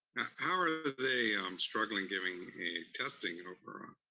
are ah ah they um struggling giving testing, you know, for,